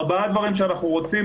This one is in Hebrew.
ארבעה דברים שאנחנו רוצים,